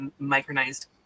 micronized